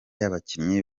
y’abakinnyi